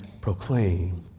proclaim